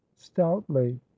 stoutly